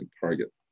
target